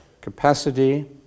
capacity